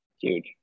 Huge